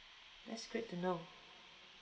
that's great to know